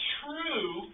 true